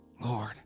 Lord